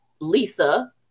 Lisa